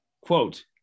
Quote